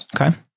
Okay